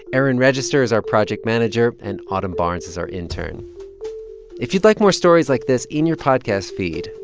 erin register is our project manager, and autumn barnes is our intern if you'd like more stories like this in your podcast feed,